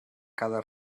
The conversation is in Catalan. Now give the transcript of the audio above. cada